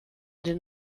den